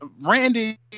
Randy